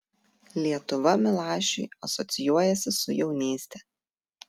lietuva milašiui asocijuojasi su jaunyste